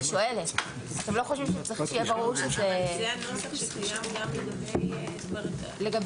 אתם לא חושבים שצריך שיהיה ברור --- זהו הנוסח שקיים גם לגבי תקנה